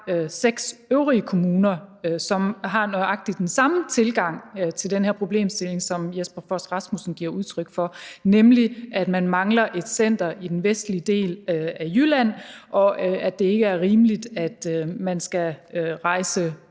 seks øvrige kommuner, som har nøjagtig den samme tilgang til den her problemstilling, som Jesper Frost Rasmussen giver udtryk for, nemlig at man mangler et center i den vestlige del af Jylland, og at det ikke er rimeligt, at man skal rejse